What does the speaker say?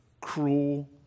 cruel